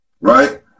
right